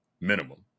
Minimum